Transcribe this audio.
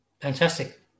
Fantastic